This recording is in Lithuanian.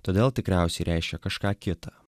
todėl tikriausiai reiškė kažką kitą